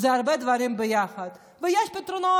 זה הרבה דברים ביחד, ויש פתרונות.